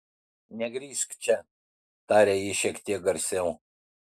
negrįžk čia tarė ji šiek tiek garsiau